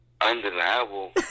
undeniable